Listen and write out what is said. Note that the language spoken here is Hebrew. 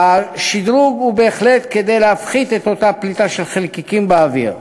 השדרוג הוא בהחלט כדי להפחית את אותה פליטה של חלקיקים באוויר.